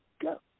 go